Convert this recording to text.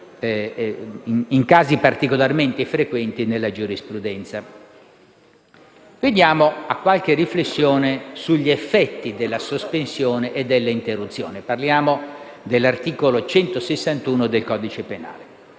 in casi particolarmente frequenti nella giurisprudenza. Svolgo ora qualche riflessione sugli effetti della sospensione e dell'interruzione (parliamo dell'articolo 161 del codice penale).